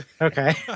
Okay